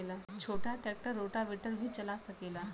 छोटा tractor rotavator भी चला सकेला?